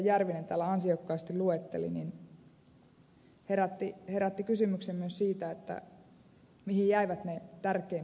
järvinen täällä ansiokkaasti luetteli niin heräsi kysymys myös siitä mihin jäivät ne tärkeimmät toimenpiteet